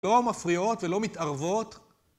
לא מפריעות ולא מתערבות.